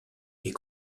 est